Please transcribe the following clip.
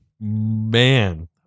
Man